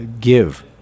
Give